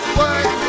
work